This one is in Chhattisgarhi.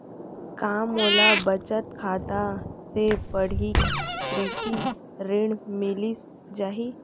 का मोला बचत खाता से पड़ही कृषि ऋण मिलिस जाही?